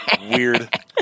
Weird